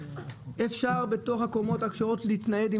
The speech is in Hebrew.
אפשר בתוך הקומות הכשרות להתנייד עם